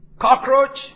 Cockroach